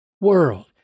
world